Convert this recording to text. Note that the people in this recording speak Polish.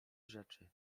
rzeczy